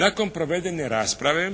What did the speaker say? Nakon provedene rasprave